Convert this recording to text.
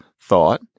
thought